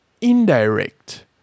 indirect